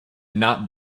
not